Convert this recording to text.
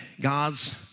God's